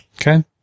Okay